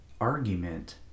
argument